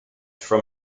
from